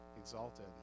exalted